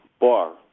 bar